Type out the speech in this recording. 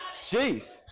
Jeez